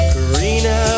Karina